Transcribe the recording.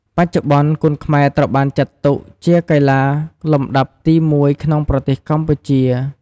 បច្ចុប្បន្ន គុនខ្មែរត្រូវបានចាត់ទុកជាកីឡាលំដាប់ទីមួយក្នុងប្រទេសកម្ពុជា។